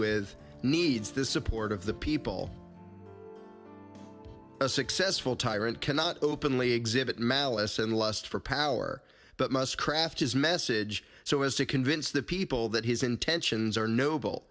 with needs the support of the people a successful tyrant cannot openly exhibit malice and lust for power but must craft his message so as to convince the people that his intentions are noble